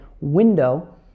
window